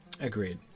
Agreed